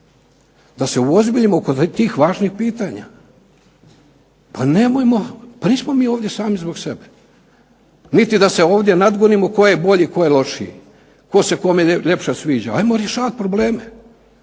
da se uozbiljimo oko tih važnih pitanja. Pa nemojmo, pa nismo mi ovdje sami zbog sebe, niti da se ovdje nadgonimo tko je bolji, tko je lošiji, tko se kome ljepše sviđa. Ajmo rješavati probleme.